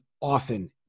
often